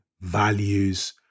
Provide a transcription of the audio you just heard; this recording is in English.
values